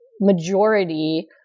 majority